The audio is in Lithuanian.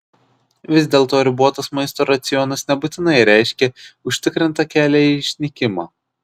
vis dėlto ribotas maisto racionas nebūtinai reiškia užtikrintą kelią į išnykimą